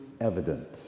evident